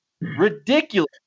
Ridiculous